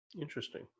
Interesting